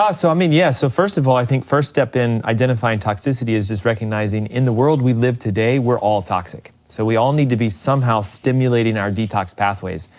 so i mean yeah, so first of all, i think first step in identifying toxicity is just recognizing in the world we live today, we're all toxic, so we all need to be somehow stimulating our detox pathways.